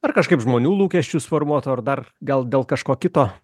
ar kažkaip žmonių lūkesčius formuotų ar dar gal dėl kažko kito